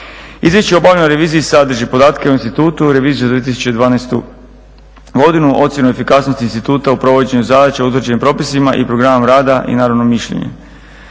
Izvješće o obavljenoj reviziji sadrži podatke o institutu, reviziju za 2012. godinu, ocjenu efikasnosti instituta u provođenju zadaća utvrđenih propisima i programom rada i naravno mišljenje.